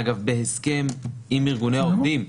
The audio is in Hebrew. אגב, זה בהסכם עם ארגוני העובדים.